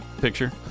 picture